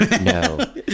No